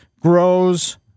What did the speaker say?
grows